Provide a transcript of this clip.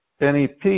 NEP